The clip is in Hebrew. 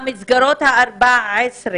14 המסגרות שנסגרו